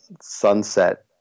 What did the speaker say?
Sunset